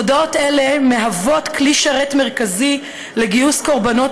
מודעות אלה מהוות כלי שרת מרכזי לגיוס קורבנות